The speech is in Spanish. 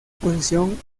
posición